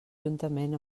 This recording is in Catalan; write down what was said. juntament